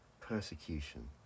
persecution